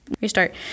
Restart